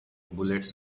bullets